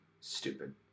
stupid